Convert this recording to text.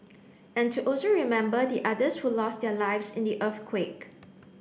and to also remember the others who lost their lives in the earthquake